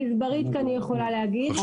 הגזברית כבר היא יכולה להגיד.